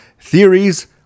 Theories